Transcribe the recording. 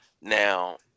Now